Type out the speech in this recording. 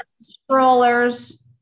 strollers